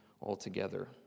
altogether